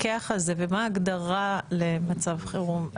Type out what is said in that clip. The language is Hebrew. מי מפקח על זה ומה ההגדרה למצב חירום?